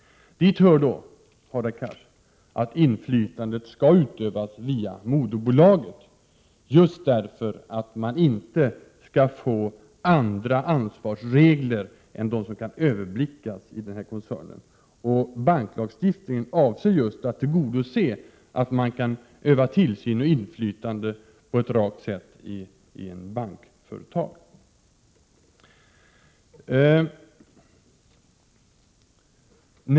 Dit hör, Hadar Cars, att inflytandet skall utövas via moderbolaget just för att man inte skall få andra ansvarsregler än sådana som kan överblickas av koncernen. Banklagstiftningen avser att tillgodose kravet på att man skall kunna utöva tillsyn och inflytande på ett rakt sätt i ett bankföretag.